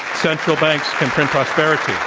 central banks can print prosperity.